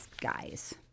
guys